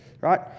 right